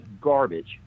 garbage